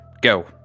Go